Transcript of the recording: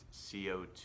CO2